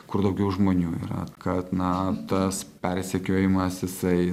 kur daugiau žmonių yra kad na tas persekiojimas jisai